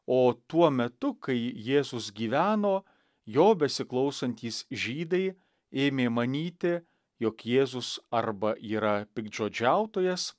o tuo metu kai jėzus gyveno jo besiklausantys žydai ėmė manyti jog jėzus arba yra piktžodžiautojas